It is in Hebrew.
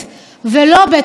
ולא בית המשפט.